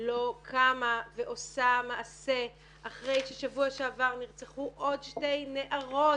לא קמה ועושה מעשה אחרי ששבוע שעבר נרצחו עוד שתי נערות,